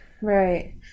Right